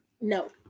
No